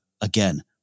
again